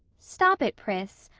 stop it, pris.